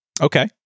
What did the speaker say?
Okay